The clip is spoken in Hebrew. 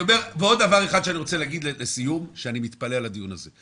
ועוד דבר אחד שאני רוצה להגיד לסיום הוא שאני מתפלא על הדיון הזה.